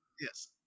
Yes